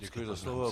Děkuji za slovo.